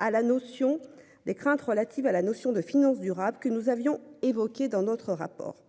À la notion des craintes relatives à la notion de finance durable que nous avions évoqué dans notre rapport